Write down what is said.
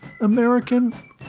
American